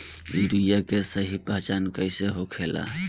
Urea के सही पहचान कईसे होखेला?